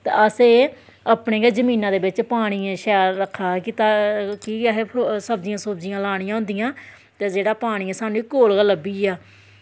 त असें अपनी गै जमीना दे बिच्च पानी ऐ शैल रक्खे दा की के असैं सब्जियां सुब्जियां लानियां होंदियां ते जेह्ड़ा पानी ऐ साह्नू कोल गै लब्भिया